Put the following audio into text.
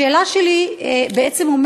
השאלה שלי אומרת בעצם,